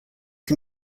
can